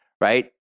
right